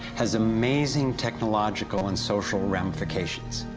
has amazing technological and social ramifications.